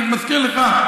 אני מזכיר לך.